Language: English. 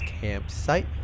campsite